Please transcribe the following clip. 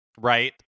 right